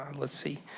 um let's see.